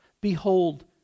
Behold